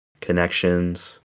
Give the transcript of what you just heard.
connections